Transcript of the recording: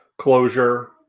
closure